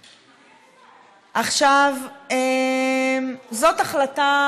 עכשיו, זאת החלטה